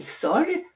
sorry